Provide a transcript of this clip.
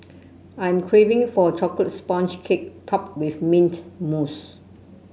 I am craving for a chocolate sponge cake topped with mint mousse